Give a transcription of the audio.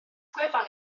gwefan